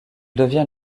devient